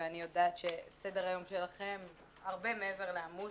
ואני יודעת שסדר היום שלכם הרבה מעבר לעמוס.